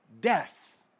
death